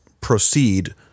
proceed